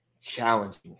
challenging